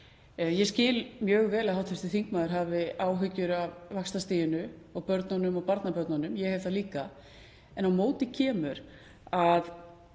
Ég skil mjög vel að hv. þingmaður hafi áhyggjur af vaxtastiginu og börnunum og barnabörnunum. Ég hef það líka. En á móti kemur að